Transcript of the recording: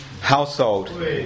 household